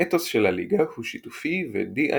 האתוס של הליגה הוא שיתופי ו-DIY,